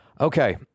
Okay